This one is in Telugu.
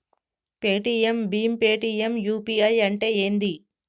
పేటిఎమ్ భీమ్ పేటిఎమ్ యూ.పీ.ఐ అంటే ఏంది?